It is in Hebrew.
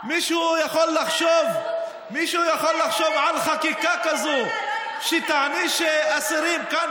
מישהו יכול לחשוב על חקיקה כזאת שתעניש אסירים כאן,